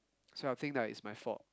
so I'll think like it's my fault